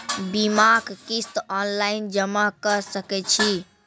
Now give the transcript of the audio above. बीमाक किस्त ऑनलाइन जमा कॅ सकै छी?